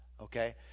Okay